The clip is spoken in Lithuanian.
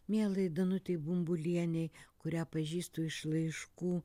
mielai danutei bumbulienei kurią pažįstu iš laiškų